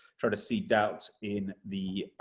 try to seed doubts in the